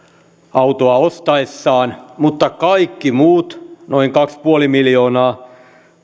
autoa ostaessaan mutta kaikki muut noin kaksi pilkku viisi miljoonaa